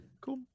Cool